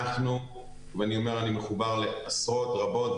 אני מחובר לעשרות רבות,